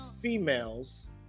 females